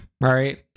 right